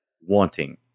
wanting